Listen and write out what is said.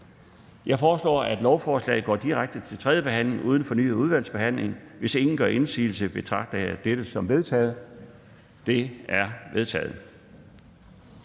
Jeg foreslår, at lovforslaget går direkte til tredje behandling uden fornyet udvalgsbehandling. Hvis ingen gør indsigelse, betragter jeg dette som vedtaget. Det er vedtaget.